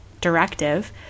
directive